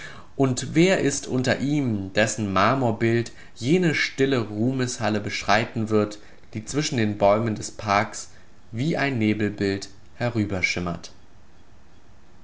und wer ist unter ihnen dessen marmorbild jene stille ruhmeshalle beschreiten wird die zwischen den bäumen des parks wie ein nebelbild